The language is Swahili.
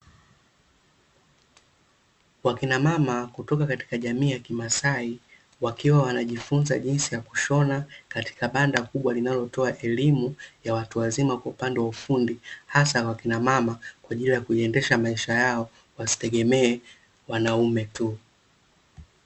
Wakina mama kutoka katika jamii ya kimasai, wakiwa wanajifunza jinsi ya kushona katika banda kubwa linalotoa elimu ya watu wazima kwa upande wa ufundi, hasa wakina mama kwa ajili ya kuendesha maisha yao wasitegemee wanaume tu.